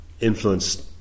influenced